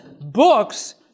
books